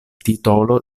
titolo